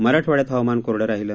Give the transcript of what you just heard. मराठवाड्यात हवामान कोरडं राहिलं